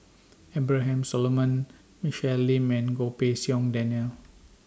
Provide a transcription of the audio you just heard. Abraham Solomon Michelle Lim and Goh Pei Siong Daniel